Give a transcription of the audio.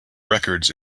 records